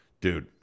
dude